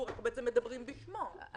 אנחנו בעצם מדברים בשמו של הציבור.